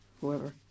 whoever